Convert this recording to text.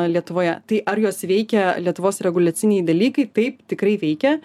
lietuvoje tai ar juos veikia lietuvos reguliaciniai dalykai taip tikrai veikia